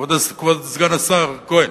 כבוד סגן השר כהן,